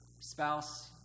spouse